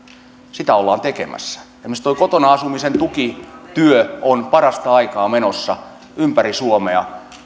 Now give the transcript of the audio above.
sitä ollaan tekemässä ja esimerkiksi tuo kotona asumisen tukityö on parasta aikaa menossa ympäri suomea